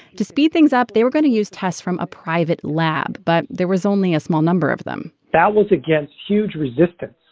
to speed things up, they were going to use tests from a private lab, but there was only a small number of them that was against huge resistance.